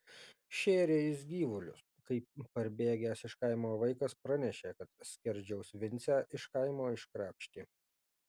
šėrė jis gyvulius kai parbėgęs iš kaimo vaikas pranešė kad skerdžiaus vincę iš kaimo iškrapštė